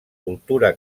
cultura